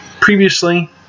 previously